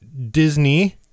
Disney